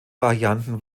varianten